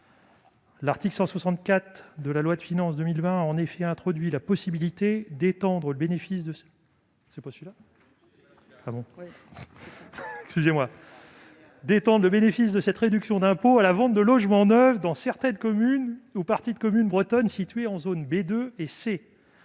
L'article 164 de la loi de finances pour 2020 a en effet introduit la possibilité d'étendre le bénéfice de cette réduction d'impôt à la vente de logements neufs dans certaines communes ou parties de communes bretonnes situées en zones B2 et C.